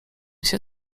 się